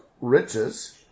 riches